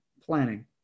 planning